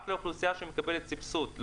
רק לאוכלוסייה שמקבלת סבסוד.